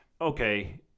okay